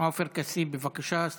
בבקשה, חמש דקות.